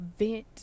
event